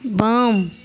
वाम